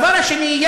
הדבר השני,